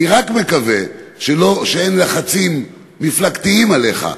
אני רק מקווה שאין לחצים מפלגתיים עליך,